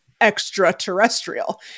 extraterrestrial